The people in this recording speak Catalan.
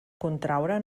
contraure